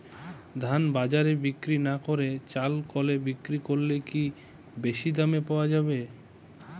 ধান বাজারে বিক্রি না করে চাল কলে বিক্রি করলে কি বেশী দাম পাওয়া যাবে?